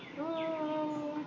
no